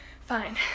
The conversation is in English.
Fine